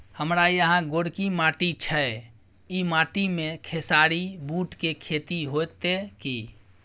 हमारा यहाँ गोरकी माटी छै ई माटी में खेसारी, बूट के खेती हौते की?